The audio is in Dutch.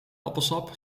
appelsap